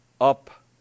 up